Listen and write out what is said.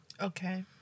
Okay